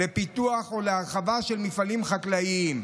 לפיתוח או להרחבה של מפעלים חקלאים.